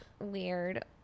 weird